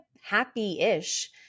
happy-ish